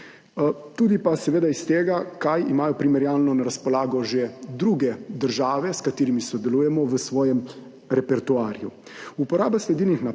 seveda pa tudi iz tega, kaj imajo primerjalno na razpolago že druge države, s katerimi sodelujemo v svojem repertoarju.